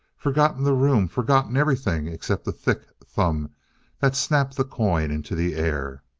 forgotten the room, forgotten everything except the thick thumb that snapped the coin into the air.